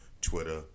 Twitter